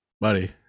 Buddy